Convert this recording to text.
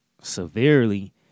severely